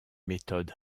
méthode